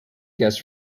guess